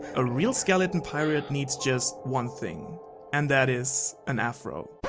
a real skeleton pirate needs just one thing and that is an afro.